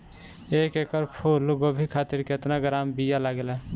एक एकड़ फूल गोभी खातिर केतना ग्राम बीया लागेला?